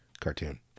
cartoon